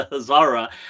Zara